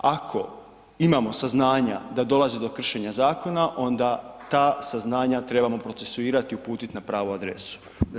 Ako imamo saznanja da dolazi do kršenja zakona, onda ta saznanja trebamo procesuirati i uputiti na pravu adresu, zahvaljujem.